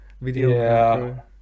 video